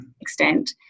extent